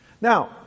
Now